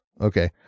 Okay